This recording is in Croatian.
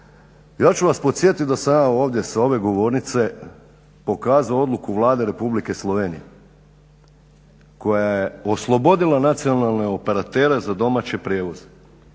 ja ću vas podsjetiti da sam ja ovdje sa ove govornice pokazao odluku Vlade Republike Slovenije koja je oslobodila nacionalne operatere za domaće prijevoze.